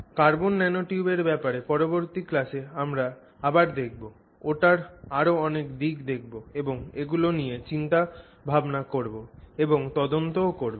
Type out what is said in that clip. carbon ন্যানোটিউবের ব্যাপারে পরবর্তী ক্লাসে আবার দেখবো ওটার আরও অনেক দিক দেখবো এবং ওগুলো নিয়ে চিন্তা ভাবনা করবো এবং তদন্ত ও করবো